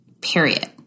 period